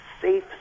safe